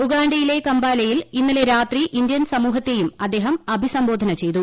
ഉഗാണ്ടയിലെ കംപാലയിൽ ഇന്നലെ രാത്രി ഇന്ത്യൻ സമൂഹത്തെയും അദ്ദേഹം അഭിസംബോധന ചെയ്തു